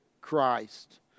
Christ